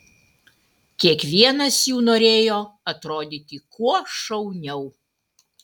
kiekvienas jų norėjo atrodyti kuo šauniau